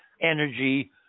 energy